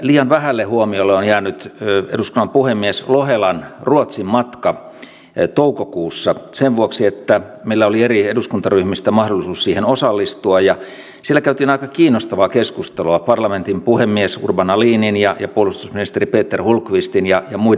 liian vähälle huomiolle on jäänyt eduskunnan puhemies lohelan ruotsin matka toukokuussa sen vuoksi että meillä oli eri eduskuntaryhmistä mahdollisuus siihen osallistua ja siellä käytiin aika kiinnostavaa keskustelua parlamentin puhemies urban ahlinin ja puolustusministeri peter hultqvistin ja muiden kanssa